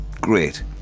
great